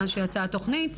מאז שיצאה התוכנית,